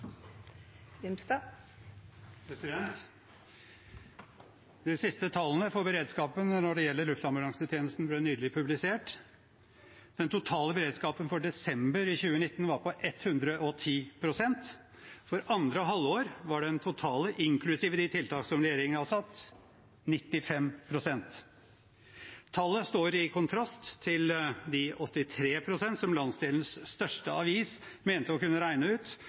De siste tallene for beredskapen når det gjelder luftambulansetjenesten, ble nylig publisert. Den totale beredskapen for desember 2019 var på 110 pst. For andre halvår var den, inklusiv de tiltakene som regjeringen hadde satt inn, på 95 pst. Tallet står i kontrast til de 83 pst. som landsdelens største avis mente å kunne regne ut,